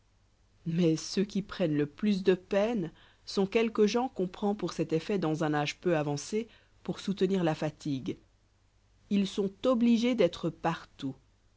mais ceux qui prennent le plus de peine sont quelques gens qu'on prend pour cet effet dans un âge peu avancé pour soutenir la fatigue ils sont obligés d'être partout